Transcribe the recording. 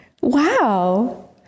Wow